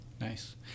Nice